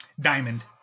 Diamond